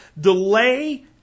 Delay